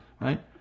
right